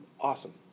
awesome